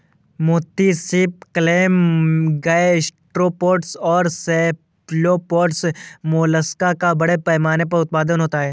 मोती सीप, clam, gastropods और सेफलोपोड्स मोलस्क का बड़े पैमाने पर उत्पादन होता है